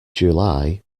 july